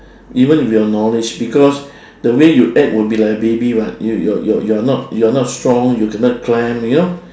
even if you are knowledge because the way you act will be like a baby [what] you're you're you're you're not you're not strong you cannot climb you know